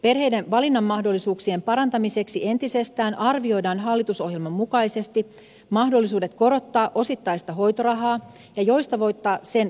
perheiden valinnanmahdollisuuksien parantamiseksi entisestään arvioidaan hallitusohjelman mukaisesti mahdollisuudet korottaa osittaista hoitorahaa ja joustavoittaa sen käyttömahdollisuuksia